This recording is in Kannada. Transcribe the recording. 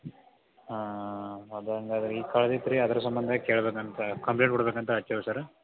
ಅದು ಹಾಗಾದ್ರೆ ಈಗ ಕಳೆದೈತ್ರಿ ಅದ್ರ ಸಂಬಂಧ ಕೇಳಬೇಕಂತ ಕಂಪ್ಲೇಂಟ್ ಕೊಡಬೇಕಂತ ಹಚ್ಚೇವ್ ಸರ್ರ